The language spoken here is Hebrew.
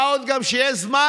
מה עוד שגם יש זמן,